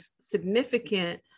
significant